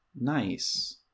nice